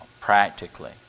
practically